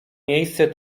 miejsce